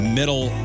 middle